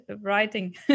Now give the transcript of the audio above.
writing